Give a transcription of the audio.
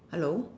hello